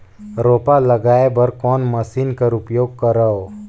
रोपा लगाय बर कोन मशीन कर उपयोग करव?